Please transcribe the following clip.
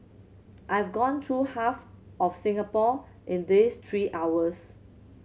I've gone through half of Singapore in these three hours